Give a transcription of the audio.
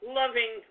loving